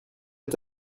est